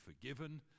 forgiven